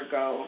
go